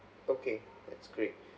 okay that's great